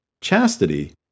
chastity